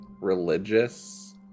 religious